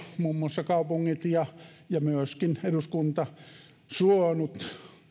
muun muassa kaupungit ja ja myöskin eduskunta suonut